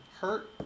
Hurt